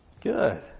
Good